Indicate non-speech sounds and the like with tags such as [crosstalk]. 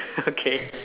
[laughs] okay